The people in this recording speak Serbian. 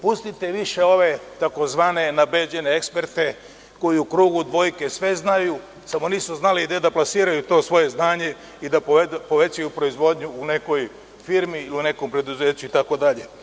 Pustite više ove tzv. nabeđene eksperte koji u krugu dvojke sve znaju, samo nisu znali da plasiraju to svoje znanje i da povećaju proizvodnju u nekoj firmi i u nekom preduzeću itd.